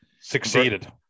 Succeeded